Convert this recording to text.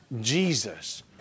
Jesus